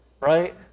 Right